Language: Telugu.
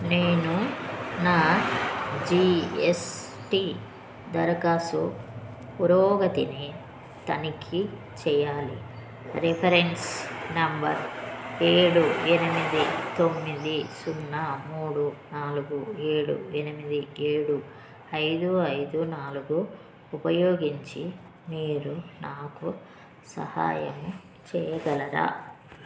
నేను నా జీ ఎస్ టీ దరఖాస్తు పురోగతిని తనిఖీ చెయ్యాలి రిఫరెన్స్ నంబర్ ఏడు ఎనిమిది తొమ్మిది సున్నా మూడు నాలుగు ఏడు ఎనిమిది ఏడు ఐదు ఐదు నాలుగు ఉపయోగించి మీరు నాకు సహాయము చెయ్యగలరా